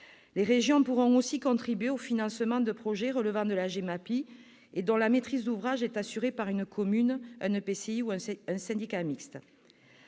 Les régions pourront aussi contribuer au financement de projets relevant de la GEMAPI et dont la maîtrise d'ouvrage est assurée par une commune, un EPCI ou un syndicat mixte.